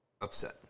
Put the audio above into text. upset